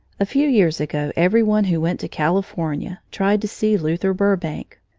a few years ago every one who went to california tried to see luther burbank,